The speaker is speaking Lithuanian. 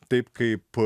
taip kaip